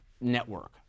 network